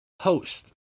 host